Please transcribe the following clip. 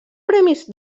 premis